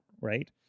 right